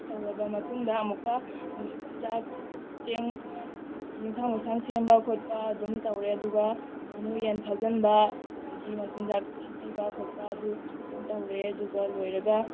ꯇꯧꯔꯕ ꯃꯇꯨꯡꯗ ꯑꯃꯨꯛꯀ ꯆꯥꯛ ꯆꯦꯡ ꯌꯦꯟꯁꯥꯡ ꯃꯩꯁꯥꯡ ꯁꯦꯝꯕ ꯈꯣꯠꯄ ꯑꯗꯨꯝ ꯇꯧꯔꯦ ꯑꯗꯨꯒ ꯉꯥꯅꯨ ꯌꯦꯟ ꯐꯥꯖꯟꯕ ꯑꯗꯨꯗꯒꯤ ꯃꯆꯤꯟꯖꯥꯛ ꯍꯥꯞꯄꯤꯕ ꯈꯣꯠꯄ ꯑꯗꯨ ꯇꯧꯔꯦ ꯑꯗꯨꯒ ꯂꯣꯏꯔꯒ